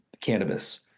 cannabis